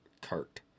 cart